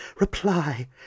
reply